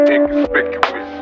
Inconspicuous